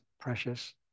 precious